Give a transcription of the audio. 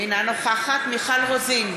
אינה נוכחת מיכל רוזין,